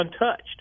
untouched